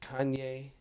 Kanye